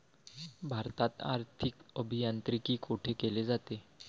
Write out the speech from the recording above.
भारतात आर्थिक अभियांत्रिकी कोठे केले जाते?